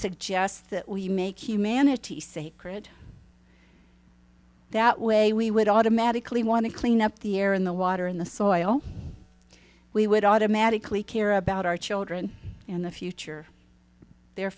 suggest that we make humanity sacred that way we would automatically want to clean up the air in the water in the soil we would automatically care about our children and the future their